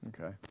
Okay